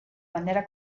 manera